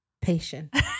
Patient